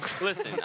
Listen